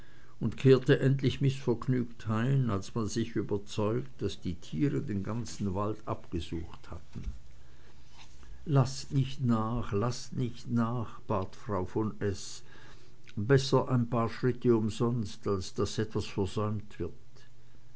und kehrte endlich mißvergnügt heim als man sich überzeugt daß die tiere den ganzen wald abgesucht hatten laßt nicht nach laßt nicht nach bat frau von s besser ein paar schritte umsonst als daß etwas versäumt wird